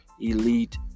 elite